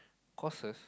costs